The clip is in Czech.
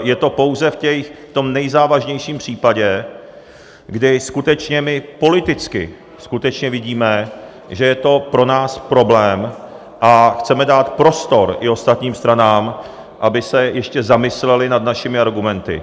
Je to pouze v tom nejzávažnějším případě, kdy skutečně my politicky vidíme, že je to pro nás problém, a chceme dát prostor i ostatním stranám, aby se ještě zamyslely nad našimi argumenty.